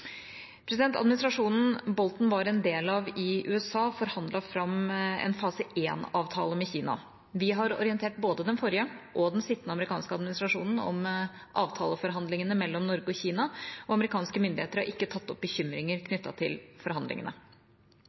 Administrasjonen Bolton var en del av i USA, forhandlet fram en fase 1-avtale med Kina. Vi har orientert både den forrige og den sittende amerikanske administrasjonen om avtaleforhandlingene mellom Norge og Kina, og amerikanske myndigheter har ikke tatt opp bekymringer knyttet til forhandlingene.